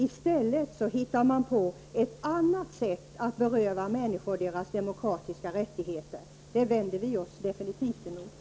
I stället har de hittat på ett annat sätt att beröva människor deras demokratiska rättigheter, och det vänder vi oss definitivt emot.